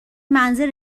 منزل